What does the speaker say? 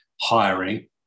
hiring